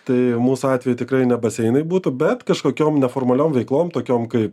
tai mūsų atveju tikrai ne baseinai būtų bet kažkokiom ne formaliom veiklom tokiom kaip